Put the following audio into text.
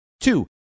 Two